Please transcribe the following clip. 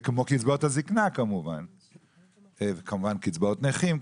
כמו קצבאות הזקנה כמובן וקצבאות נכים.